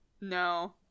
No